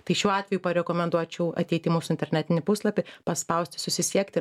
tai šiuo atveju parekomenduočiau ateit į mūsų internetinį puslapį paspausti susisiekti